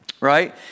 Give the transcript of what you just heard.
right